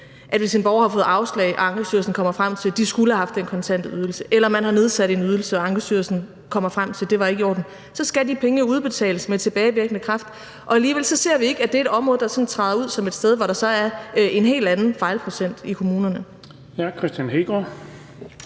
at hvis en borger har fået afslag og Ankestyrelsen kommer frem til, at vedkommende skulle have haft en kontant ydelse, eller hvis man har nedsat en ydelse og Ankestyrelsen kommer frem til, at det ikke var i orden, skal de penge udbetales med tilbagevirkende kraft, men vi ser alligevel ikke, at det er et område, der sådan træder frem som et sted, hvor der er en helt anden fejlprocent i kommunerne.